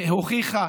והיא הוכיחה